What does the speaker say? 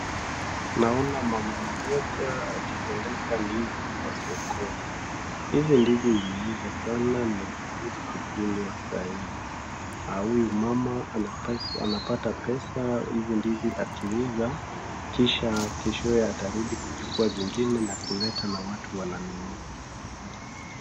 Naona mama mmoja akipeleka ndizi kwa sokoni. Hizi ndizi zimeiva sana ni vizuri kukulwa saa hii. Huyu mama ana pesa anapata pesa hizi ndizi akiuza, kisha keshoye atarudi kuchukua zingine na kuleta na watu wananunua.